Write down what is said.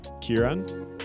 Kieran